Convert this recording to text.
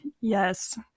Yes